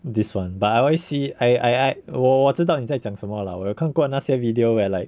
this one but I always see I I 我我知道你在讲什么啦我有看过那些 video where like